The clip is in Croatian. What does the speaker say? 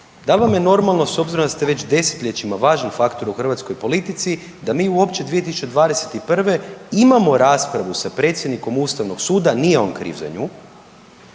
li vam je normalno s obzirom da ste već desetljećima važan faktor u hrvatskoj politici da mi uopće 2021. imamo raspravu sa predsjednikom Ustavnog suda, nije on kriv za nju,